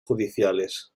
judiciales